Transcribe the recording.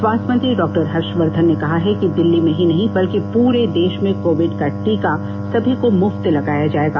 स्वास्थ्य मंत्री डॉ हर्षवर्धन ने कहा है कि दिल्ली में ही नहीं बल्कि पूरे देश में कोविड का टीकासभी को मुफ्त में लगाया जाएगा